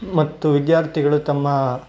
ಮತ್ತು ವಿದ್ಯಾರ್ಥಿಗಳು ತಮ್ಮ